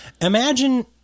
Imagine